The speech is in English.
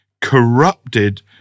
corrupted